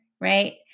right